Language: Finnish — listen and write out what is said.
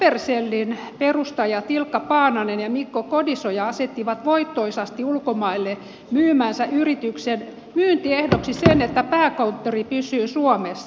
peliyritys supercellin perustajat ilkka paananen ja mikko kodisoja asettivat voittoisasti ulkomaille myymänsä yrityksen myyntiehdoksi sen että pääkonttori pysyy suomessa